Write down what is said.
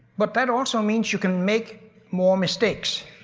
but that also means you can make more mistakes.